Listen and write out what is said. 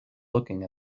looking